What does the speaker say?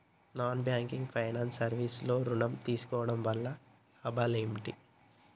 Non banking finance service లో ఋణం తీసుకోవడం వల్ల లాభాలు ఏమిటి?